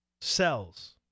cells